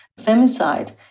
Femicide